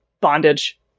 bondage